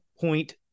point